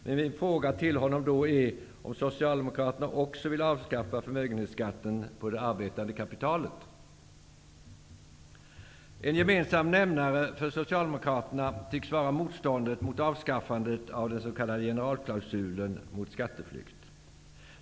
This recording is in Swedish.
Min fråga till Lars Hedfors blir: Vill Socialdemokraterna också avskaffa förmögenhetsskatten på det arbetande kapitalet? En gemensam nämnare för Socialdemokraterna tycks vara motståndet mot avskaffandet av den s.k. generalklausulen mot skatteflykt.